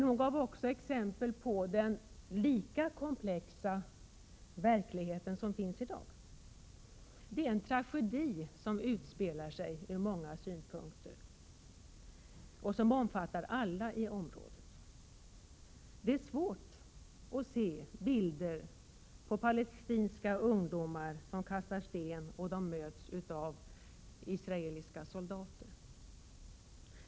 Hon gav exempel på den lika komplexa verklighet som finns i dag. Det är ur många = Prot. 1987/88:129 synpunkter en tragedi som utspelar sig och som omfattar alla i området. Det 30 maj 1988 är svårt att se bilder på palestinska ungdomar som kastar stenar och som möts avisraeliska soldater.